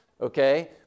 Okay